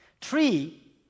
Three